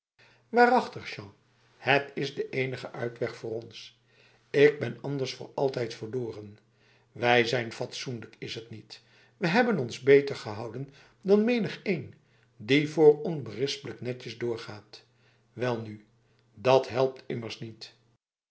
waarachtig jean het is de enige uitweg voor ons ik ben anders voor altijd verloren wij zijn fatsoenlijk is het niet we hebben ons beter gehouden dan menigeen die voor onberispelijk netjes doorgaat welnu dat helpt immers nietf